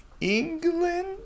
England